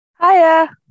Hiya